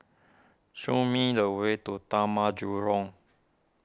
show me the way to Taman Jurong